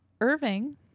Irving